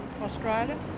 Australia